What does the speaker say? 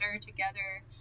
together